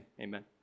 amen